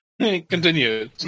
continue